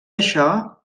això